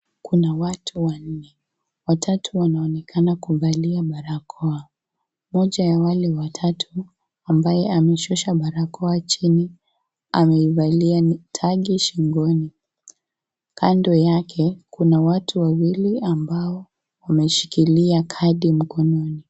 Kuna watu wanne, watatu wanaonekana kuvalia barakoa, mmoja ya wale watatu ambaye ameshusha barakoa chini ameivalia tagi shingoni, kando yake kuna watu wawili ambao wameshikilia kadi mkononi.